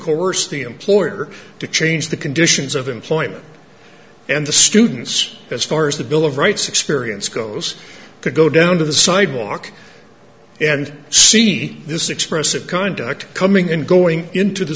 course the employer to change the conditions of employment and the students as far as the bill of rights experience goes to go down to the sidewalk and see this expressive conduct coming and going into the